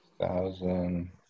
Thousand